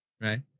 right